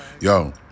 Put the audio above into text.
Yo